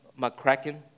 McCracken